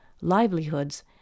livelihoods